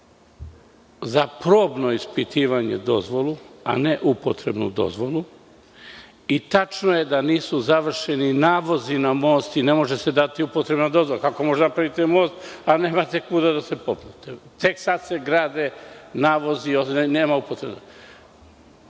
za probno ispitivanje dozvolu, a ne upotrebnu dozvolu. Tačno je da nisu završeni navozi na most i ne može se dati upotrebna dozvola. Kako možete da napravite most, a nemate kuda da se popnete? Tek se sada se grade navozi. Molim vas,